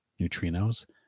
neutrinos